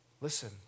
Listen